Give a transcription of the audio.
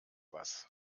was